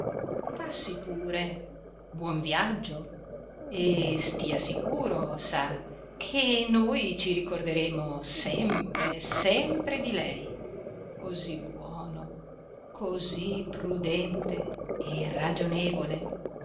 passi pure buon viaggio e stia sicuro sa che noi ci ricorderemo sempre sempre di lei così buono così prudente e ragionevole